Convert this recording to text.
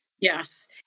Yes